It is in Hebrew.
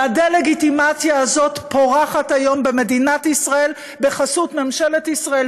והדה-לגיטימציה הזאת פורחת היום במדינת ישראל בחסות ממשלת ישראל,